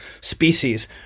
species